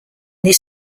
this